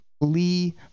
Lee